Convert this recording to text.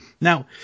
Now